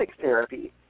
therapy